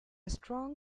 strong